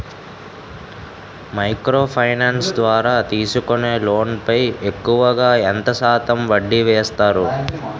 Micro finance ద్వారా తీసుకునే loan పై ఎక్కువుగా ఎంత శాతం వడ్డీ వేస్తారు?